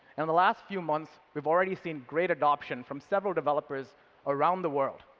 and the last few months, we've already seen great adoption from several developers around the world.